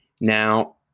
Now